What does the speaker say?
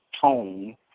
tone